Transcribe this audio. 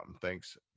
Thanks